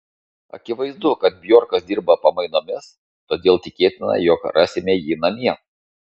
akivaizdu kad bjorkas dirba pamainomis todėl tikėtina jog rasime jį namie